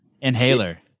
Inhaler